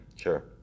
sure